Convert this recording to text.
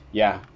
yeah